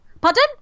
Pardon